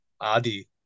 Adi